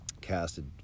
casted